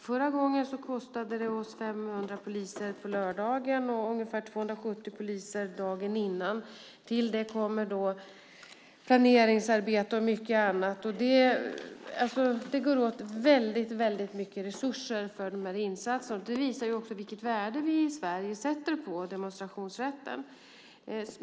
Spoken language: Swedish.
Förra gången kostade det oss 500 poliser på lördagen och ungefär 270 poliser dagen innan. Till det kommer planeringsarbete och mycket annat. Det går åt väldigt mycket resurser för dessa insatser, och det visar ju också vilket värde vi i Sverige sätter på demonstrationsrätten.